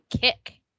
kick